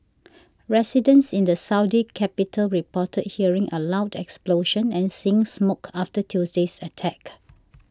residents in the Saudi capital reported hearing a loud explosion and seeing smoke after Tuesday's attack